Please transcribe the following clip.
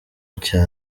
cya